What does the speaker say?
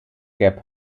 gap